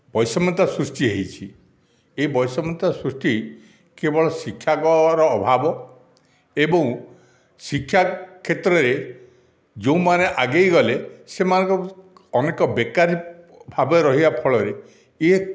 ବୈଷମତା ସୃଷ୍ଟି ହୋଇଛି ଏହି ବୈଷମତା ସୃଷ୍ଟି କେବଳ ଶିକ୍ଷାର ଅଭାବ ଏବଂ ଶିକ୍ଷା କ୍ଷେତ୍ରରେ ଯେଉଁମାନେ ଆଗେଇ ଗଲେ ସେମାନଙ୍କ ଅନେକ ବେକାରି ଭାବରେ ରହିବା ଫଳରେ ଏ